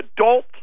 adult